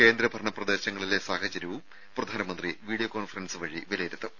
കേന്ദ്രഭരണ ക്രദേശങ്ങളിലെ സാഹചര്യവും പ്രധാനമന്ത്രി വീഡിയോ കോൺഫറൻസ് വഴി വിലയിരുത്തും